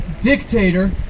dictator